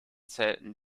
zählten